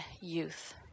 youth